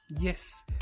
Yes